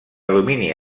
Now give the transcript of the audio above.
domini